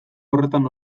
horretan